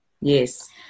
Yes